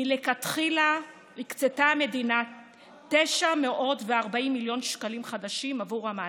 מלכתחילה הקצתה המדינה 940 מיליון שקלים חדשים עבור המענקים,